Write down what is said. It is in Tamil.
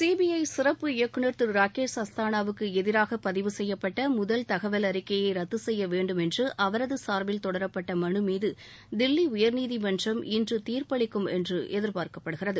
சிபிஐ சிறப்பு இயக்குநர் திரு ராகேஷ் அஸ்தானாவுக்கு எதிராக பதிவு செய்யப்பட்ட முதல் தகவல் அறிக்கையை ரத்து செய்ய வேண்டும் என்று அவரது சார்பில் தொடரப்பட்ட மனு மீது தில்லி உயர்நீதிமன்றம் இன்று தீர்ப்பளிக்கும் என்று எதிர்பார்க்கப்படுகிறது